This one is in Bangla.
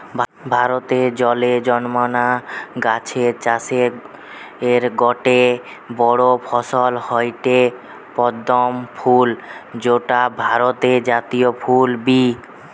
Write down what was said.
ভারতে জলে জন্মানা গাছের চাষের গটে বড় ফসল হয়ঠে পদ্ম ফুল যৌটা ভারতের জাতীয় ফুল বি